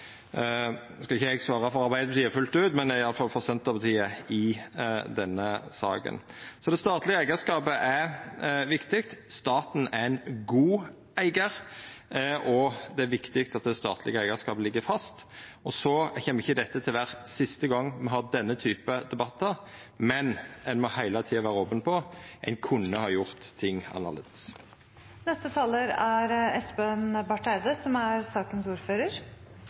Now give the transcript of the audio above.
skal ikkje eg svara for Arbeidarpartiet fullt ut, men iallfall frå Senterpartiet i denne saka. Det statlege eigarskapet er viktig. Staten er ein god eigar, og det er viktig at det statlege eigarskapet ligg fast. Dette kjem ikkje til å vera siste gong me har denne type debattar, men ein må heile tida vera open på at ein kunne ha gjort ting